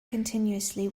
continuously